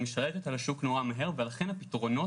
משתלטת על השוק מהר מאוד ולכן הפתרונות